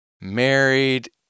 married